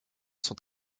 sont